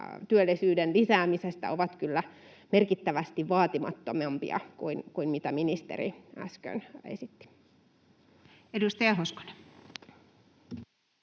työllisyyden lisäämisestä ovat kyllä merkittävästi vaatimattomampia kuin mitä ministeri äsken esitti. [Speech